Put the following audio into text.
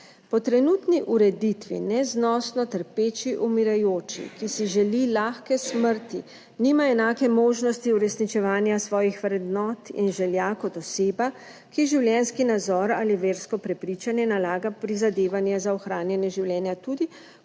Po trenutni ureditvi neznosno trpeči umirajoči, ki si želi lahke smrti nima enake možnosti uresničevanja svojih vrednot in želja kot oseba, ki ji življenjski nazor ali versko prepričanje nalaga prizadevanje za ohranjanje življenja, tudi,